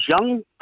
young